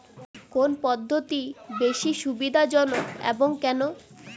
কোন পদ্ধতি বেশি সুবিধাজনক এবং কেন?